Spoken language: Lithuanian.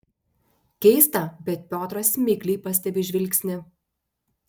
keista bet piotras mikliai pastebi žvilgsnį